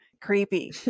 creepy